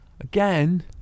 Again